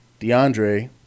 DeAndre